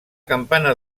campana